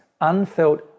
unfelt